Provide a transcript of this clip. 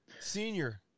senior